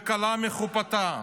וכלה מחופתה.